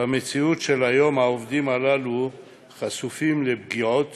במציאות של היום העובדים הללו חשופים לפגיעות